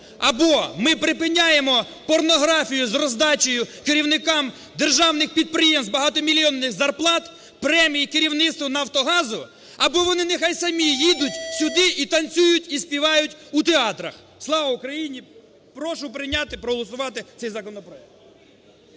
або ми припиняємо порнографію з роздачею керівникам державних підприємств багатомільйонних зарплат, премій керівництву "Нафтогазу", або вони нехай самі їдуть сюди і танцюють, і співають у театрах. Слава Україні! Прошу прийняти, проголосувати цей законопроект.